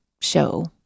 show